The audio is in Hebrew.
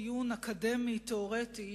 דיון אקדמי-תיאורטי,